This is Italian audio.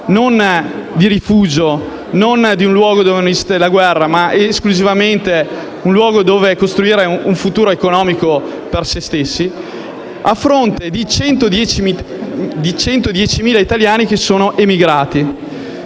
non di rifugio, non di un luogo dove non esiste la guerra, ma semplicemente di un luogo dove costruire un futuro economico per se stessi, a fronte di 110.000 italiani che sono emigrati.